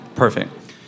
Perfect